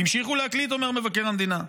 המשיכו להקליט, אומר מבקר המדינה.